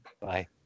Bye